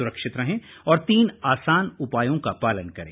सुरक्षित रहें और तीन आसान उपायों का पालन करें